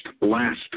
last